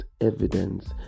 evidence